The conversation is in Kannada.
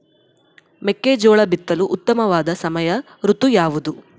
ಮೆಕ್ಕೆಜೋಳ ಬಿತ್ತಲು ಉತ್ತಮವಾದ ಸಮಯ ಋತು ಯಾವುದು?